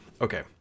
okay